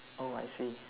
oh I see